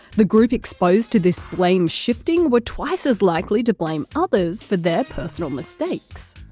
the group exposed to this blame shifting were twice as likely to blame others for their personal mistakes.